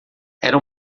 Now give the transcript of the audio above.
era